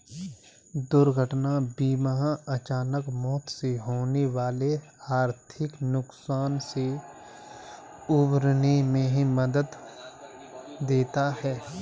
दुर्घटना बीमा अचानक मौत से होने वाले आर्थिक नुकसान से उबरने में मदद देता है